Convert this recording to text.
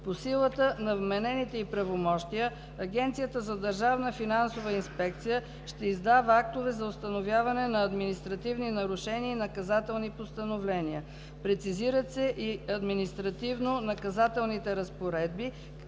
По силата на вменените ѝ правомощия Агенцията за държавна финансова инспекция ще издава актове за установяване на административни нарушения и наказателни постановления. Прецизират се и административнонаказателните разпоредби,